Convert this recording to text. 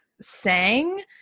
sang